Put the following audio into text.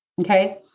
okay